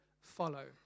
follow